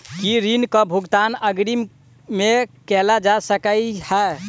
की ऋण कऽ भुगतान अग्रिम मे कैल जा सकै हय?